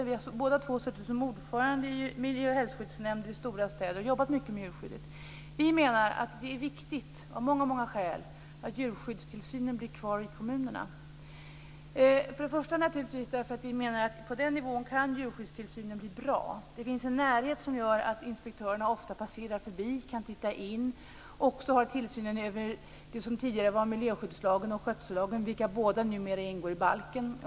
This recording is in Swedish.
Vi har båda två suttit som ordförande i miljö och hälsoskyddsnämnder i stora städer och jobbat mycket med djurskyddet. Vi menar att det är viktigt av många skäl att djurskyddstillsynen blir kvar i kommunerna. Vi menar att djurskyddstillsynen kan bli bra på den nivån. Det finns en närhet som gör att inspektörerna ofta passerar förbi och kan titta in. De har också tillsynen över det som tidigare var miljöskyddslagen och skötsellagen, vilka båda numera ingår i balken.